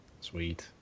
Sweet